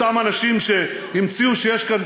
אותם אנשים שהמציאו שיש כאן